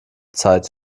zeit